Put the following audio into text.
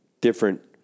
different